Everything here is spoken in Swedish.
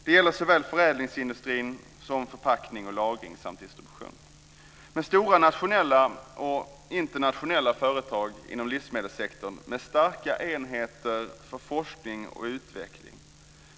Det gäller såväl förädlingsindustrin som förpackning och lagring samt distribution. I Skåne finns stora nationella och internationella företag inom livsmedelssektorn, med starka enheter för forskning och utveckling.